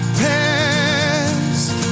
past